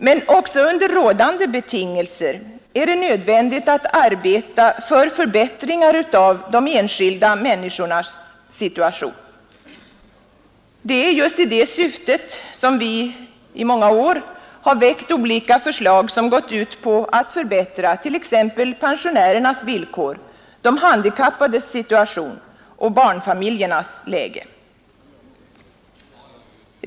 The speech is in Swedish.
Men också under rådande betingelser är det nödvändigt att arbeta för förbättringar av de enskilda människornas situation. I det syftet har vi väckt olika förslag som gått ut på att förbättra t.ex. pensionärernas villkor, de handikappades situation och barnfamiljernas läge.